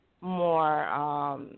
more